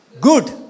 good